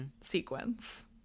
sequence